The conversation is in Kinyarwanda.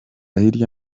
hirya